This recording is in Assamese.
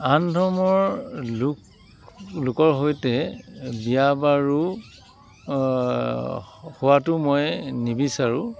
আন ধৰ্মৰ লোক লোকৰ সৈতে বিয়া বাৰু হোৱাটো মই নিবিচাৰোঁ